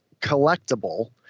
Collectible